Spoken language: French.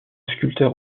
sculpteur